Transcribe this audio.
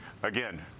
Again